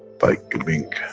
by giving,